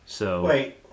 Wait